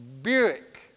Buick